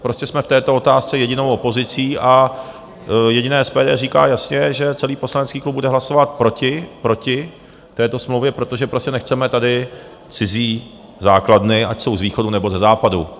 Prostě jsme v této otázce jedinou opozicí a jediné SPD říká jasně, že celý poslanecký klub bude hlasovat proti, proti této smlouvě, protože prostě nechceme tady cizí základny, ať jsou z východu, nebo ze západu.